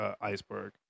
iceberg